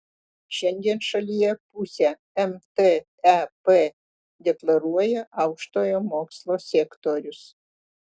šiandien šalyje pusę mtep deklaruoja aukštojo mokslo sektorius